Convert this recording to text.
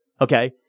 Okay